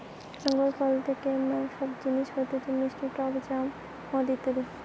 আঙ্গুর ফল থেকে ম্যালা সব জিনিস হতিছে মিষ্টি টক জ্যাম, মদ ইত্যাদি